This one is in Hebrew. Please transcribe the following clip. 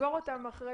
נסגור את זה אחרי